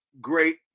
Great